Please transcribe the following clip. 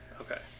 Okay